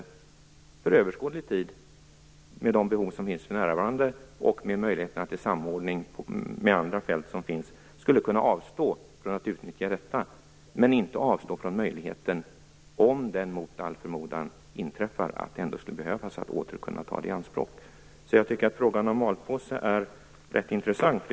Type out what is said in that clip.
Kunde man tänka sig att lägga detta skjutfält i malpåse? Med tanke på nuvarande behov och möjligheterna till samordning med andra fält skulle man under överskådlig tid kunna avstå från att utnyttja detta, även om det mot all förmodan åter skulle behöva tas i anspråk senare. Jag tycker alltså att frågan om malpåse är rätt intressant.